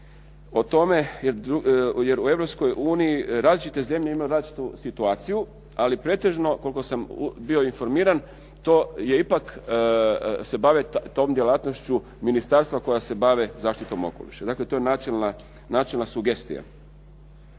o tome jer u Europskoj uniji različite zemlje imaju različitu situaciju, ali pretežno koliko sam bi informiran, to je ipak se bave tom djelatnošću ministarstva koja se bave zaštitom okoliša. Dakle, to je načelna sugestija.